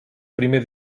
primer